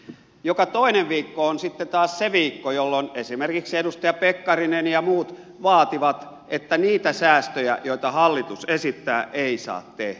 joka toinen viikko on sitten taas se viikko jolloin esimerkiksi edustaja pekkarinen ja muut vaativat että niitä säästöjä joita hallitus esittää ei saa tehdä